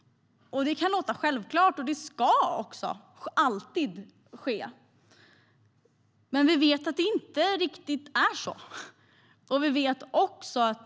Det kan låta självklart, och det ska alltid ske. Men vi vet att det inte riktigt är så.